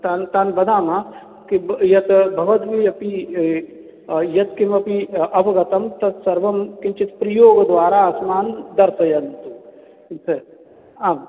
तान् तान् वदामः किं यत् भवद्भिः अपि यत्किमपि अवगतं तत्सर्वं किञ्चित् प्रयोगद्वारा अस्मान् दर्शयन्तु आम्